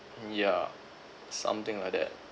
yeah something like that